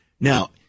Now